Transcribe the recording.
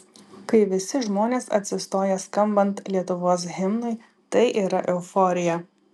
kai visi žmonės atsistoja skambant lietuvos himnui tai yra euforija